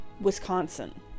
Wisconsin